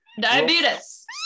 diabetes